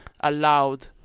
allowed